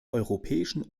europäischen